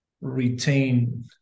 retain